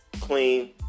clean